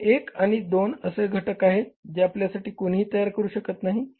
एक आणि दोन असे घटक आहेत जे आपल्यासाठी कोणीही तयार करु शकत नाहीत